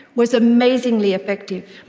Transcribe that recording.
was amazingly effective.